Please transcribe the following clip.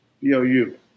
B-O-U